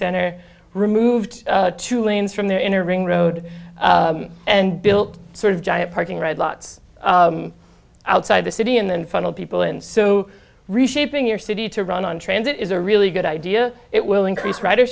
center removed two lanes from their inner ring road and built sort of giant parking red lots outside the city and then funnel people in so reshaping your city to run on transit is a really good idea it will increase rider